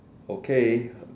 okay